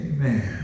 Amen